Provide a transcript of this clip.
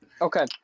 Okay